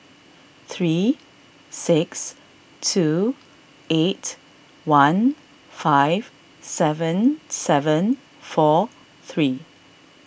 three six two eight one five seven seven four three